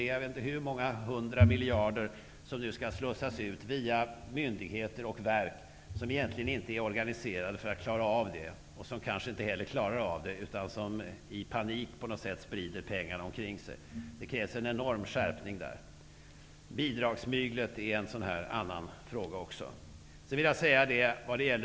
Jag vet inte hur många hundra miljarder som nu skall slussas ut via myndigheter och verk, som egentligen inte är organiserade för att klara av det -- och som kanske inte heller klarar av det utan i panik sprider pengar omkring sig. Där krävs det en enorm skärpning. Bidragsmyglet än en annan liknande fråga.